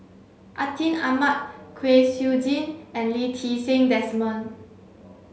Atin Amat Kwek Siew Jin and Lee Ti Seng Desmond